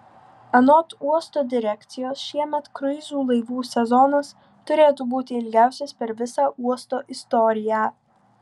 anot uosto direkcijos šiemet kruizų laivų sezonas turėtų būti ilgiausias per visą uosto istoriją